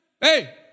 Hey